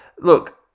look